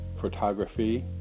photography